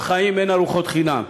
בחיים אין ארוחות חינם.